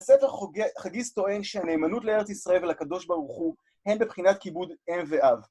הספר חגיס טוען שהנאמנות לארץ ישראל ולקדוש ברוך הוא הן בבחינת כיבוד אם ואב.